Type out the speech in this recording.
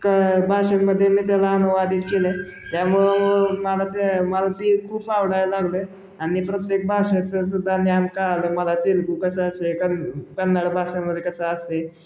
क भाषेमध्ये मी त्याला अनुवादित केलं त्यामुळं मला ते मला ती खूप आवडायला लागले आणि प्रत्येक भाषेचं सुद्धा ज्ञान कळलं मला तेलगू कसं असते कन् कन्नड भाषेमध्ये कसं असते